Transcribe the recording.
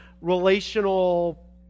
relational